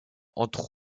entre